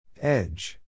Edge